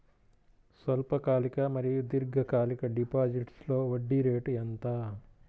స్వల్పకాలిక మరియు దీర్ఘకాలిక డిపోజిట్స్లో వడ్డీ రేటు ఎంత?